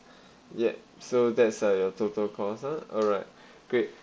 yeap so that's uh your total costs ah alright great